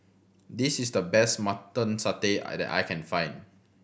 this is the best Mutton Satay I that I can find